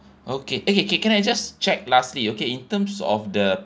okay okay can can I just check lastly okay in terms of the